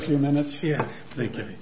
few minutes here thinking